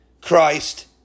Christ